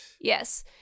Yes